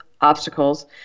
obstacles